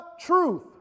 truth